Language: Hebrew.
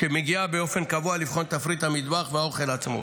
שמגיעה באופן קבוע לבחון את תפריט המטבח ואת האוכל עצמו.